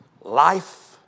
life